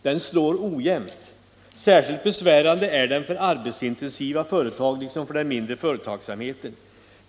Den slår ojämnt; särskilt besvärande är den för arbetsintensiva företag, liksom för den mindre företagsamheten.